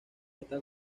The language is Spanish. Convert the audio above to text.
estas